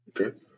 Okay